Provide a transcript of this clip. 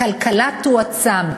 הכלכלה תועצם,